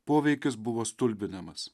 poveikis buvo stulbinamas